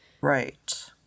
right